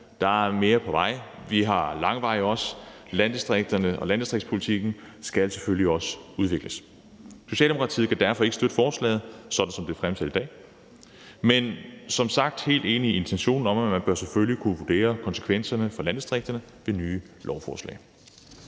Der er mere på vej. Vi har lang vej endnu. Landdistrikterne og landdistriktspolitikken skal selvfølgelig også udvikles. Socialdemokratiet kan derfor ikke støtte forslaget, sådan som det er fremsat i dag. Men jeg er som sagt helt enig i intentionen om, at man selvfølgelig bør kunne vurdere konsekvenserne for landdistrikterne ved nye lovforslag.